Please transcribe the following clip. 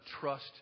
trust